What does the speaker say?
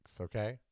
okay